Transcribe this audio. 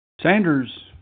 Sanders